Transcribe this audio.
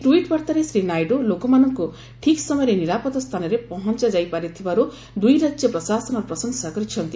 tweet ବାର୍ତ୍ତାରେ ଶ୍ରୀ ନାଇଡୁ ଲୋକମାନଙ୍କୁ ଠିକ୍ ସମୟରେ ନିରାପଦ ସ୍ଥାନରେ ପହଞ୍ଚାଯାଇପାରିଥିବାରୁ ଦୁଇ ରାଜ୍ୟ ପ୍ରଶାସନର ପ୍ରଶଂସା କରିଛନ୍ତି